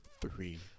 three